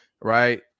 right